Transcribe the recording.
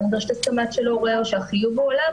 לא נדרשת הסכמה של הורה או שהחיוב הוא אליו,